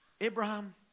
Abraham